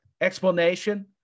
explanation